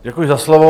Děkuji za slovo.